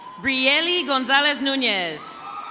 brielli gonzalez nunyez.